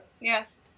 Yes